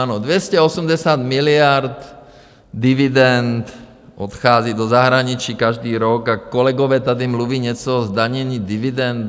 Ano, 280 miliard dividend odchází do zahraničí každý rok a kolegové tady mluví něco... zdanění dividend.